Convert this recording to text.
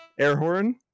Airhorn